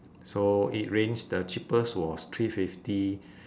so it range the cheapest was three fifty